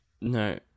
No